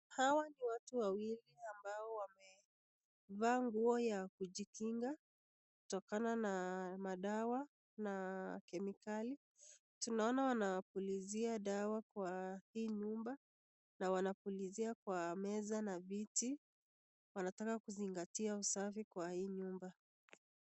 Hawa ni watu wawili ambao wamevaa nguo ya kujikinga kutokana na madawa na kemikali, tunaona wanapulizia dawa kwa hii nyumba na wanapulizia kwa meza na viti wanataka kuzingatia usafi kwa hii nyumba.